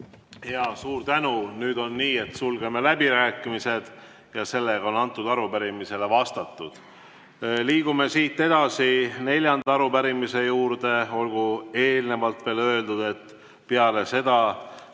Suur tänu! Nüüd on nii, et sulgeme läbirääkimised ja sellega on arupärimisele vastatud. Liigume siit edasi neljanda arupärimise juurde. Olgu eelnevalt veel öeldud, lihtsalt